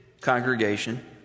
congregation